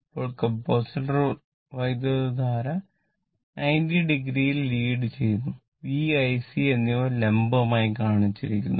ഇപ്പോൾ കപ്പാസിറ്റർ വൈദ്യുതധാര 90 o യിൽ ലീഡ് ചെയ്യുന്നു V IC എന്നിവ ലംബമായി കാണിച്ചിരിക്കുന്നു